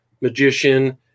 magician